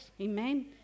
amen